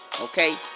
Okay